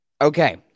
Okay